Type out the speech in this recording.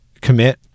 commit